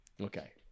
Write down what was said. Okay